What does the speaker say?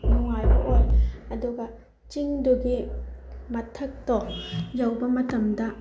ꯅꯨꯡꯉꯥꯏꯕ ꯑꯣꯏ ꯑꯗꯨꯒ ꯆꯤꯡꯗꯨꯒꯤ ꯃꯊꯛꯇꯣ ꯌꯧꯕ ꯃꯇꯝꯗ